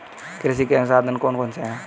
कृषि के साधन कौन कौन से हैं?